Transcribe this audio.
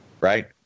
right